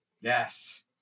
Yes